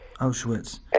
Auschwitz